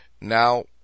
Now